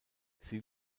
sie